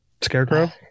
Scarecrow